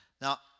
Now